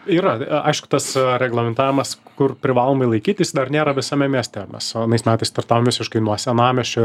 yra aišku tas reglamentavimas kur privalomai laikytis dar nėra visame mieste nes anais metais startavom visiškai nuo senamiesčio